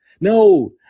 No